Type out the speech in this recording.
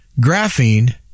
graphene